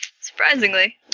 Surprisingly